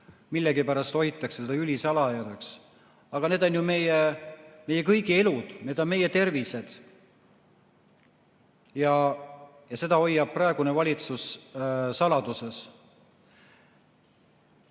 Millegipärast hoitakse seda ülisalajasena. Aga need on ju meie kõigi elud, see on meie tervis. Ja seda hoiab praegune valitsus saladuses.